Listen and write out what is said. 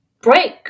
break